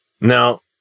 Now